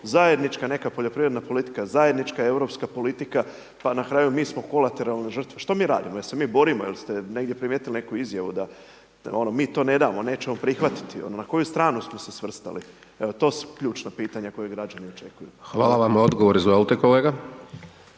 zajednička neka poljoprivredna politika, zajednička europska politika pa na kraju mi smo kolateralna žrtva. Što mi radimo, je li se mi borimo, je li ste negdje primijetili neku izjavu da, ono, mi to ne damo, nećemo prihvatiti? Na koju stranu smo se svrstali? Evo, to su ključna pitanja koji građani očekuju. **Hajdaš Dončić, Siniša